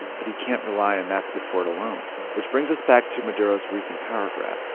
but he can't rely on that support alone. which brings us back to maduro's recent power grab.